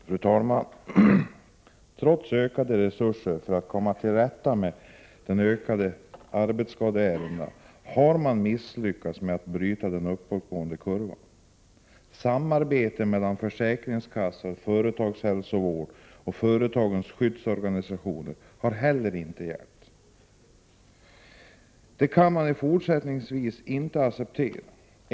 Fru talman! Trots ökade resurser för att komma till rätta med det ökande antalet arbetsskadeärenden har man misslyckats med att bryta den uppåtgående kurvan. Inte heller samarbetet mellan försäkringskassorna, företagshälsovården och företagens skyddsorganisationer har varit till hjälp. Detta kan man i fortsättningen inte acceptera.